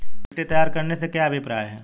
मिट्टी तैयार करने से क्या अभिप्राय है?